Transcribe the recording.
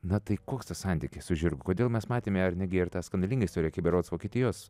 na tai koks tas santykis su žirgu kodėl mes matėme ar ne gi tą skandalingąjį berods vokietijos